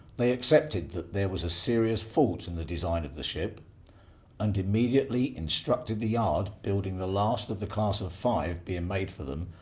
they accepted that there was a serious fault in the design of the ship and immediately instructed the yard building the last of the class of five being made for them,